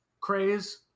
craze